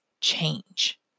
change